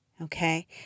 okay